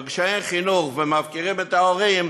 אבל כשאין חינוך ומפקירים את ההורים,